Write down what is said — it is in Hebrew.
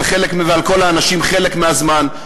ועל כל האנשים חלק מהזמן,